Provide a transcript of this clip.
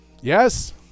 Yes